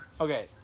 Okay